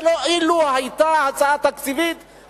אילו היתה הצעה תקציבית,